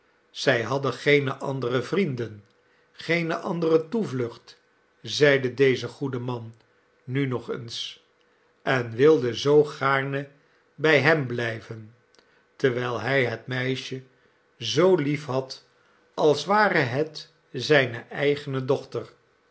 zij hadden geene andere vrienden geene andere toevlucht zeide deze goede man nu nog eens en wilden zoo gaarne bij hem blijven terwijl hij het meisje zoo lief had als ware het zijne eigene dochter